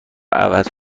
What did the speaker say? عوض